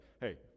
hey